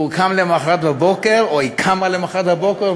הוא קם למחרת בבוקר או היא קמה למחרת בבוקר,